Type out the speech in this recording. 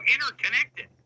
Interconnected